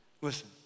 Listen